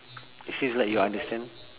it seems like you understand